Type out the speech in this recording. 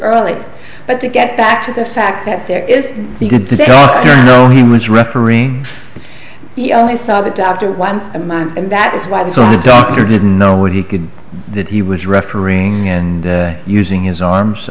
early but to get back to the fact that there is no he was refereeing he only saw the doctor once a month and that is why the doctor didn't know what he could did he was refereeing and using his arms